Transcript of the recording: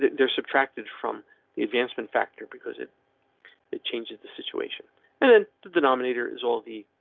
there, subtracted from the advancement factor because it it changes the situation and then the denominator is all the.